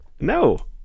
No